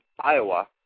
Iowa